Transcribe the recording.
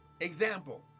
Example